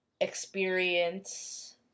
experience